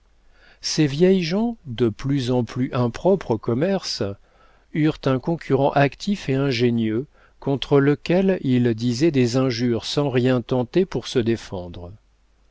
ces vieilles gens de plus en plus impropres au commerce eurent un concurrent actif et ingénieux contre lequel ils disaient des injures sans rien tenter pour se défendre